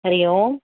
हरिः ओम्